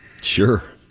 Sure